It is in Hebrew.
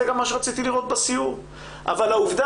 זה גם מה שרציתי לראות בסיור אבל העובדה